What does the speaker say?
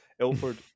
ilford